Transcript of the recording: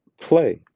play